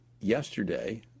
yesterday